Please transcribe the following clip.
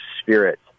spirit